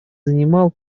занимал